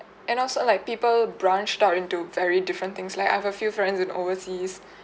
and also like people branched out into very different things like I've a few friends went overseas